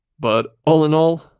but all in all,